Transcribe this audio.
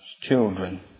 children